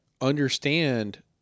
understand